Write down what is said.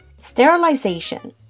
Sterilization